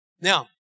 Now